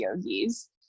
yogis